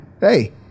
hey